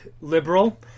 liberal